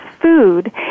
food